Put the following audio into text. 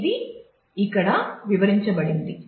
ఇది ఇక్కడ వివరించబడింది